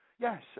Yes